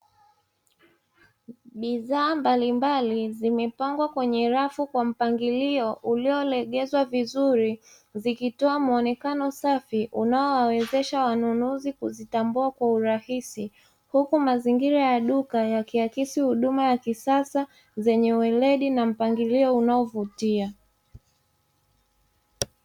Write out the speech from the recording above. Bidhaa mbalimbali zimepangwa kwenye rafu kwa mpangilio uliolegezwa vizuri, zikitoa muonekano safi unaowawezesha wanunuzi kuzitambua kwa urahisi huku mazingira ya duka yakiakisi huduma ya kisasa, zenye uweledi na mpangilio unaovutia.